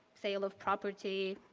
sale of property,